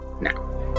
now